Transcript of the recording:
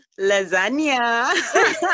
lasagna